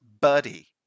buddy